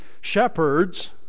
shepherds